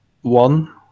one